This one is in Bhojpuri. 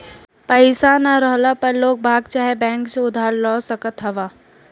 पईसा ना रहला पअ लोगबाग चाहे बैंक से उधार ले सकत हवअ